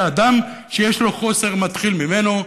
שאדם שיש לו חוסר מתחיל ממנה,